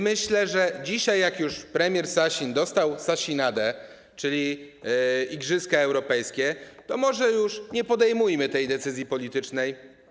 Myślę, że dzisiaj, jak już premier Sasin dostał sasinadę, czyli igrzyska europejskie, nie podejmujmy już tej decyzji politycznej.